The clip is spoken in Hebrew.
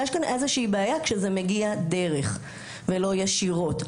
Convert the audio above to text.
ויש כאן איזושהי בעיה כשזה מגיע דרך ולא ישירות.